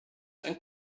and